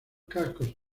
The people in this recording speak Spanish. cascos